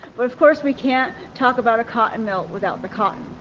but of course we can't talk about a cotton mill without the cotton.